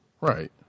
Right